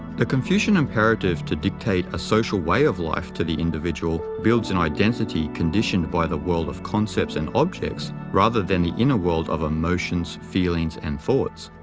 the confucian imperative to dictate a social way of life to the individual builds an identity conditioned by the world of concepts and objects rather than the inner world of emotions, feelings, and thoughts.